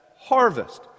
harvest